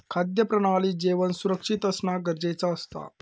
खाद्य प्रणालीत जेवण सुरक्षित असना गरजेचा असता